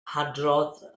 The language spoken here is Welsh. hadrodd